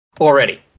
already